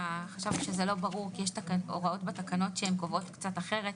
חשבנו שזה לא ברור כי יש הוראות בתקנות שקובעות קצת אחרת,